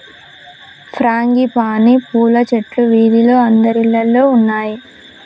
frangipani పూల చెట్లు వీధిలో అందరిల్లల్లో ఉన్నాయి